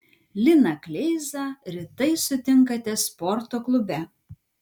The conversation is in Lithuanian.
liną kleizą rytais sutinkate sporto klube